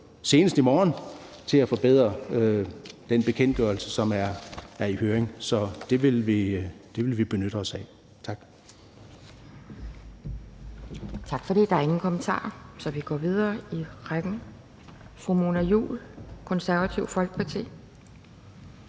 senest i morgen til at forbedre den bekendtgørelse, som er i høring. Så det vil vi benytte os af. Tak. Kl. 12:13 Anden næstformand (Pia Kjærsgaard): Tak for det. Der er ingen kommentarer, så vi går videre i talerrækken. Fru Mona Juul, Det Konservative Folkeparti.